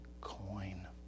coin